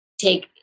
take